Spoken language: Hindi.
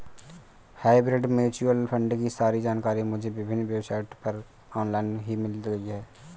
हाइब्रिड म्यूच्यूअल फण्ड की सारी जानकारी मुझे विभिन्न वेबसाइट पर ऑनलाइन ही मिल गयी